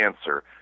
answer